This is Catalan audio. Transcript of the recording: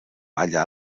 balla